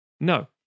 No